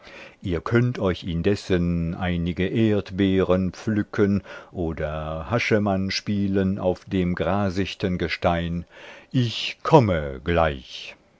ihr könnt euch indessen einige erdbeeren pflücken oder haschemann spielen auf dem grasichten gestein ich komme gleich